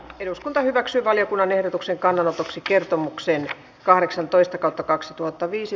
eduskunta hyväksyi valiokunnan ehdotuksen kannanotoksi kertomuksen kahdeksantoista kautta kaksituhattaviisi